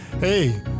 Hey